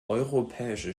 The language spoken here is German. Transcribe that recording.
europäische